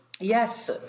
Yes